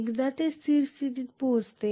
एकदा ते स्थिर स्थितीत पोहोचते